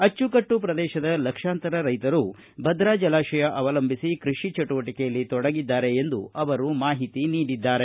ಅಚ್ಚುಕಟ್ಟು ಪ್ರದೇಶದ ಲಕ್ಷಾಂತರ ರೈತರು ಭದ್ರಾ ಜಲಾಶಯ ಅವಲಂಬಿಸಿ ಕೃಷಿ ಚಟುವಟಿಕೆಯಲ್ಲಿ ತೊಡಗಿದ್ದಾರೆ ಎಂದು ಮಾಹಿತಿ ನೀಡಿದ್ದಾರೆ